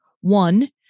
One